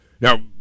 now